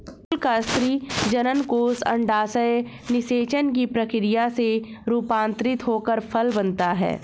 फूल का स्त्री जननकोष अंडाशय निषेचन की प्रक्रिया से रूपान्तरित होकर फल बनता है